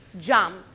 jump